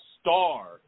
star